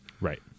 Right